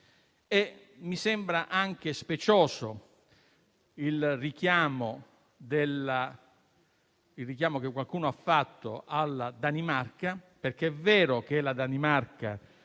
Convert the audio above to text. Mi sembra anche specioso il richiamo che qualcuno ha fatto alla Danimarca perché, è vero che la Danimarca